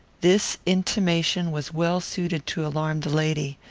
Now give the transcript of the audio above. this intimation was well suited to alarm the lady.